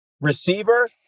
Receiver